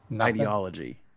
ideology